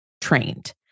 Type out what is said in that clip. trained